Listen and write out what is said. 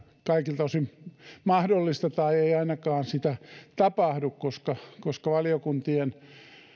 kaikilta osin mahdollista tai ainakaan sitä ei tapahdu koska koska valiokuntien